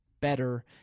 better